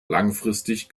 langfristig